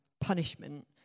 punishment